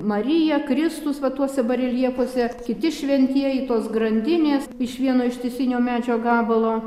marija kristus va tuose bareljefuose kiti šventieji tos grandinės iš vieno ištisinio medžio gabalo